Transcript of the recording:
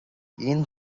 aon